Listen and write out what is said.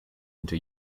into